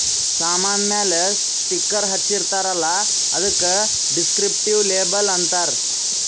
ಸಾಮಾನ್ ಮ್ಯಾಲ ಸ್ಟಿಕ್ಕರ್ ಹಚ್ಚಿರ್ತಾರ್ ಅಲ್ಲ ಅದ್ದುಕ ದಿಸ್ಕ್ರಿಪ್ಟಿವ್ ಲೇಬಲ್ ಅಂತಾರ್